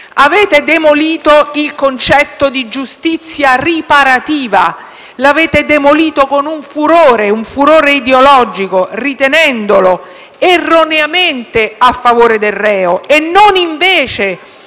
Avete demolito il concetto di giustizia riparativa e lo avete fatto con furore ideologico, ritenendolo erroneamente a favore del reo e non invece